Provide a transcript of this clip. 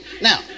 now